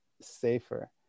safer